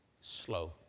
slow